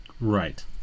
Right